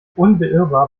unbeirrbar